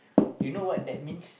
you know what that means